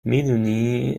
میدونی